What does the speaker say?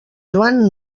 joan